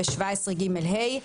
17ג(ה);